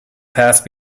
past